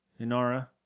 Inara